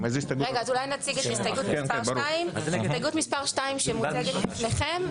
נציג את הסתייגות מספר 2. הסתייגות מספר 2 שמוצגת לפניכם.